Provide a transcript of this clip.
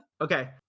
Okay